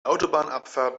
autobahnabfahrt